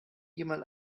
jemand